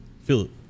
Philip